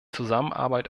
zusammenarbeit